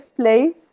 place